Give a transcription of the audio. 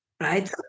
right